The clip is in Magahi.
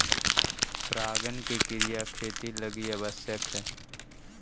परागण के क्रिया खेती लगी आवश्यक हइ